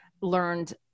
learned